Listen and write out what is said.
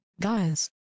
guys